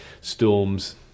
storms